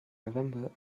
november